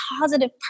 positive